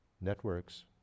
networks